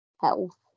health